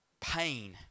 Pain